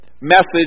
message